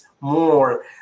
more